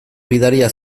gidaria